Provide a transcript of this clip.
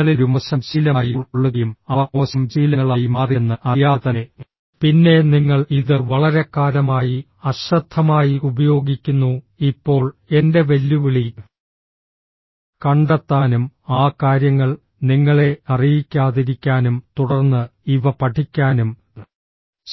നിങ്ങളിൽ ഒരു മോശം ശീലമായി ഉൾക്കൊള്ളുകയും അവ മോശം ശീലങ്ങളായി മാറിയെന്ന് അറിയാതെ തന്നെ പിന്നെ നിങ്ങൾ ഇത് വളരെക്കാലമായി അശ്രദ്ധമായി ഉപയോഗിക്കുന്നു ഇപ്പോൾ എന്റെ വെല്ലുവിളി കണ്ടെത്താനും ആ കാര്യങ്ങൾ നിങ്ങളെ അറിയിക്കാതിരിക്കാനും തുടർന്ന് ഇവ പഠിക്കാനും